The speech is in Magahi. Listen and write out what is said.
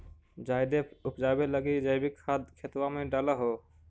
जायदे उपजाबे लगी जैवीक खाद खेतबा मे डाल हो?